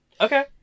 Okay